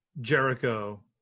Jericho